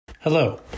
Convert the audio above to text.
Hello